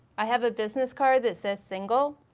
i have a business card that says single.